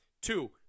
Two